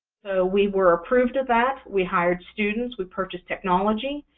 so we were approved of that. we hired students. we purchased technology.